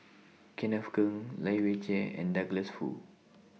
Kenneth Keng Lai Weijie and Douglas Foo